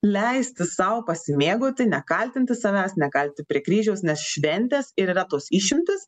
leisti sau pasimėgauti nekaltinti savęs nekalti prie kryžiaus nes šventės ir yra tos išimtys